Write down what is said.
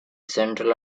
central